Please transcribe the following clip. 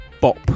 bop